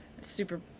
super